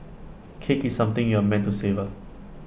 cake is something you are meant to savour